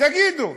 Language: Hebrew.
תגידו: